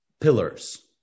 pillars